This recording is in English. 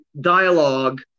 dialogue